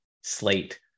slate